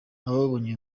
ababonye